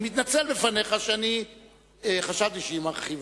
אני מתנצל בפניך על כך שחשבתי שהיא מרחיבה.